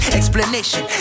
explanation